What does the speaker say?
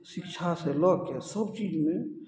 शिक्षासँ लअके सब चीजमे